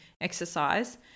exercise